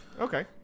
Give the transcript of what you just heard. Okay